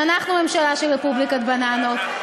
שאנחנו ממשלה של רפובליקת בננות.